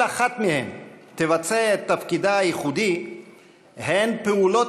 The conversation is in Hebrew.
אחת מהן תבצע את תפקידה הייחודי הם פעולות